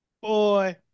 boy